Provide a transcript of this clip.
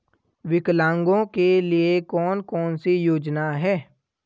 विकलांगों के लिए कौन कौनसी योजना है?